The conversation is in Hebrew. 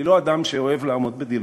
אני לא אדם שאוהב לעמוד בדילמות,